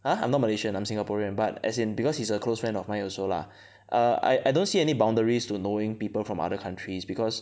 !huh! I'm not Malaysian I'm Singaporean but as in because he's a close friend of mine also lah I I don't see any boundaries to knowing people from other countries because